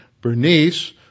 Bernice